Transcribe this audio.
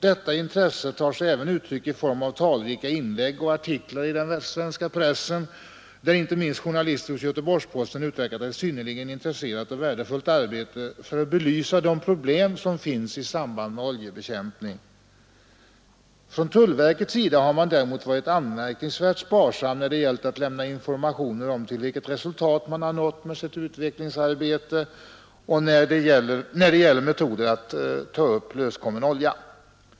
Detta intresse tar sig även uttryck i form av talrika inlägg och artiklar i den västsvenska pressen, där inte minst journalister hos Göteborgs-Posten uträttat ett synnerligen intresserat och värdefullt arbete för att belysa de problem som finns i samband med oljebekämpning. Från tullverkets sida har man däremot varit anmärkningsvärt sparsam när det gällt att lämna informationer om till vilket resultat man har nått med sitt utvecklingsarbete beträffande metoder att ta upp löskommen olja.